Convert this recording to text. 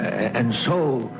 and so